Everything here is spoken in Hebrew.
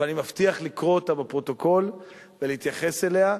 אבל אני מבטיח לקרוא אותה בפרוטוקול ולהתייחס אליה.